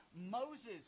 Moses